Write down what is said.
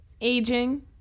aging